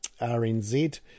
RNZ